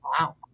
Wow